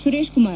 Suresh Kumar